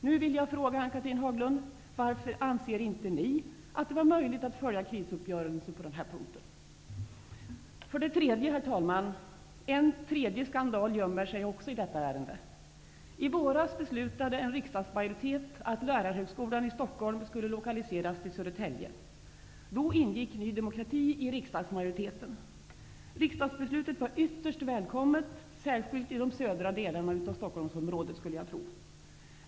Nu vill jag fråga Ann-Cathrine Haglund: Varför anser inte ni att det var möjligt att följa krisuppgörelsen på denna punkt? Herr talman! En tredje skandal gömmer sig också i detta ärende. I våras beslutade en riksdagsmajoritet att lärarhögskolan i Stockholm skulle lokaliseras till Södertälje. Då ingick Ny demokrati i riksdagsmajoriteten. Riksdagsbeslutet var ytterst välkommet särskilt i de södra delarna av Stockholmsområdet, skulle jag tro.